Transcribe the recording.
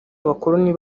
abakoloni